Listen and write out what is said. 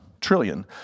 trillion